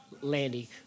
Landy